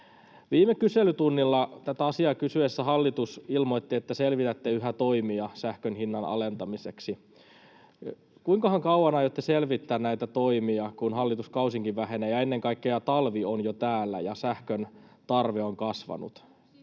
Viime kyselytunnilla tätä asiaa kysyttäessä hallitus ilmoitti, että selvitätte yhä toimia sähkön hinnan alentamiseksi. Kuinkahan kauan aiotte selvittää näitä toimia, kun hallituskausikin vähenee ja ennen kaikkea talvi on jo täällä ja sähkön tarve on kasvanut?